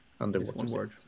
Underwater